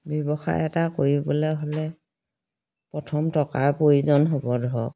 ব্যৱসায় এটা কৰিবলৈ হ'লে প্ৰথম টকাৰ প্ৰয়োজন হ'ব ধৰক